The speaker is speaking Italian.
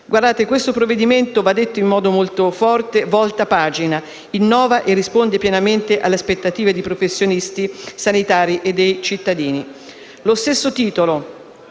Guardate, questo provvedimento - va detto in modo molto forte - volta pagina: innova e risponde pienamente alle aspettative dei professionisti sanitari e dei cittadini. Lo stesso titolo